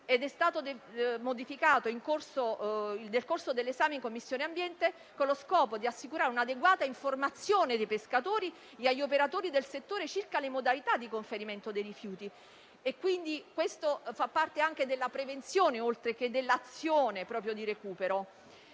modificando l'articolo nel corso dell'esame in Commissione ambiente, con lo scopo di assicurare un'adeguata informazione dei pescatori e degli operatori del settore circa le modalità di conferimento dei rifiuti. Questo fa parte della prevenzione, oltre che dell'azione di recupero.